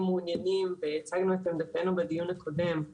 מעוניינים לשנות את עמדתנו בדיון הקודם,